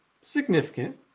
significant